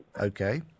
Okay